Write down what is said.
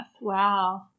Wow